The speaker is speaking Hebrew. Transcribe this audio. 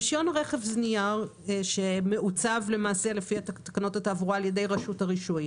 רישיון הרכב זה נייר שמעוצב לפי תקנות התעבורה על ידי רשות הרישוי.